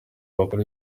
bakora